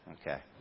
Okay